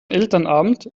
elternabend